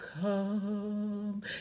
come